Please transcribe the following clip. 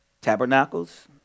Tabernacles